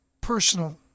personal